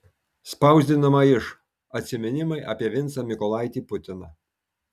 spausdinama iš atsiminimai apie vincą mykolaitį putiną